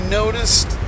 noticed